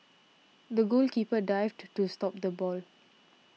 the goalkeeper dived to to stop the ball